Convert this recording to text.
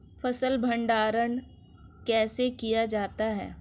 फ़सल भंडारण कैसे किया जाता है?